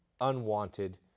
unwanted